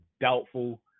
doubtful